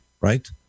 right